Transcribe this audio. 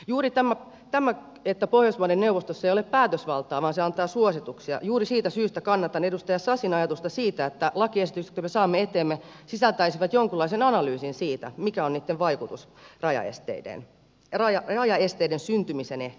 juuri siitä syystä että pohjoismaiden neuvostossa ei ole päätösvaltaa vaan se antaa suosituksia kannatan edustaja sasin ajatusta siitä että lakiesitys jonka me saamme eteemme sisältäisi jonkunlaisen analyysin siitä mikä on niitten vaikutus rajaesteiden syntymisen ehkäisyyn